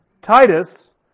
Titus